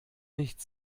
nicht